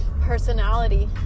personality